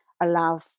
allow